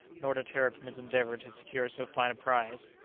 nor deterred from his endeavour to secure so fine a prize.